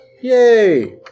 Yay